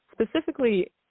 Specifically